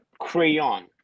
crayon